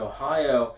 Ohio